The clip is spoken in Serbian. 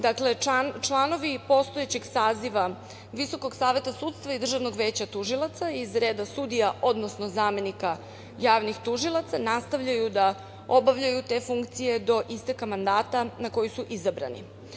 Dakle, članovi postojećeg saziva VSS i DVT iz reda sudija, odnosno zamenika javnih tužilaca nastavljaju da obavljaju te funkcije do isteka mandata na koju su izabrani.